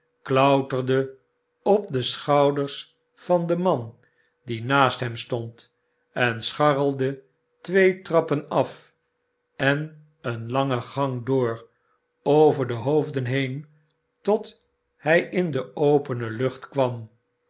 klouterde op de schouders van den man die naast hem stond en scharrelde twee trappen af en een langen gang door over de hoofden heen tot hij in de opene lucht kwam